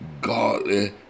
godly